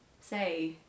say